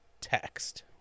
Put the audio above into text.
text